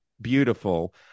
beautiful